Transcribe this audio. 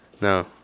No